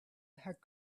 had